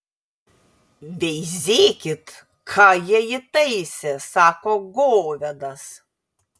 veizėkit ką jie įtaisė sako govedas